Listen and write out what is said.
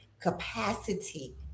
capacity